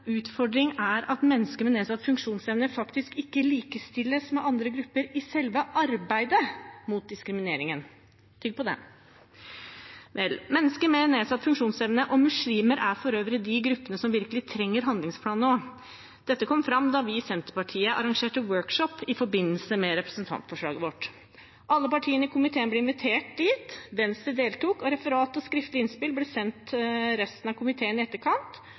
utfordring er at mennesker med nedsatt funksjonsevne faktisk ikke likestilles med andre grupper i selve arbeidet mot diskrimineringen. – Tygg på den. Mennesker med nedsatt funksjonsevne og muslimer er for øvrig de gruppene som virkelig trenger handlingsplan nå. Dette kom fram da vi i Senterpartiet arrangerte workshop i forbindelse med representantforslaget vårt. Alle partiene i komiteen ble invitert dit. Venstre deltok, og referat og skriftlig innspill ble sendt resten av komiteen i etterkant